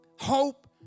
Hope